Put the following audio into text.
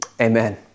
Amen